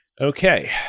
Okay